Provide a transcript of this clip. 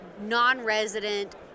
non-resident